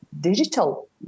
digital